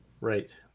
right